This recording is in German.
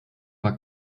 war